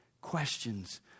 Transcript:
questions